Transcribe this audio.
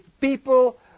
people